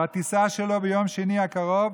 והטיסה שלו ביום שני הקרוב.